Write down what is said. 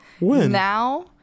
now